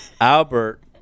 albert